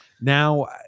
Now